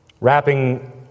Wrapping